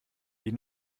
die